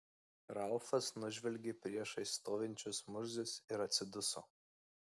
ralfas nužvelgė priešais stovinčius murzius ir atsiduso